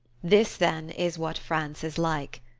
this, then, is what france is like.